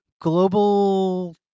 Global